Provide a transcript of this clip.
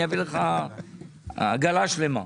אני אביא לך עגלה שלמה.